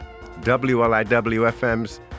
WLIW-FM's